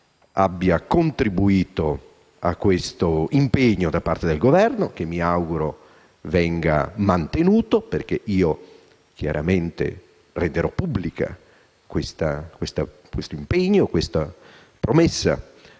contribuito a questo impegno da parte del Governo, che mi auguro venga mantenuto, perché io chiaramente renderò pubblica la promessa